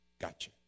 gotcha